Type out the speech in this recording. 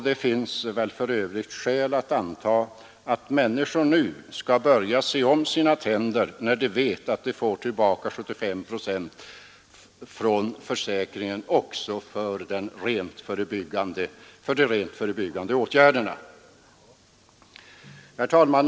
Det finns väl för övrigt skäl att anta att människor nu skall börja se om sina tänder när de vet att de får tillbaka 75 procent från försäkringen också för de rent förebyggande åtgärderna. Herr talman!